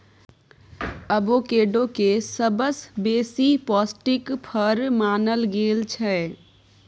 avocado केँ सबसँ बेसी पौष्टिक फर मानल गेल छै